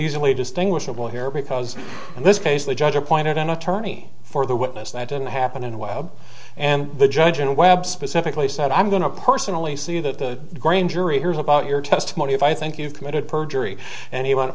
easily distinguishable here because in this case the judge appointed an attorney for the witness that didn't happen in webb and the judge and webb specifically said i'm going to personally see that the green jury hears about your testimony if i think you committed perjury and he went